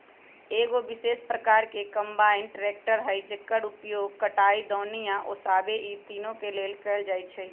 एगो विशेष प्रकार के कंबाइन ट्रेकटर हइ जेकर उपयोग कटाई, दौनी आ ओसाबे इ तिनों के लेल कएल जाइ छइ